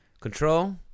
Control